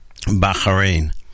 Bahrain